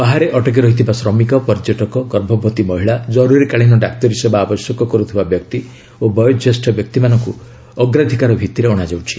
ବାହାରେ ଅଟକି ରହିଥିବା ଶ୍ରମିକ ପର୍ଯ୍ୟଟକ ଗର୍ଭବତୀ ମହିଳା ଜରୁରୀକାଳୀନ ଡାକ୍ତରୀ ସେବା ଆବଶ୍ୟକ କରୁଥିବା ବ୍ୟକ୍ତି ଓ ବୟୋଜ୍ୟେଷ୍ଠ ବ୍ୟକ୍ତିମାନଙ୍କୁ ଅଗ୍ରାଧିକାର ଭିତ୍ତିରେ ଅଣାଯାଉଛି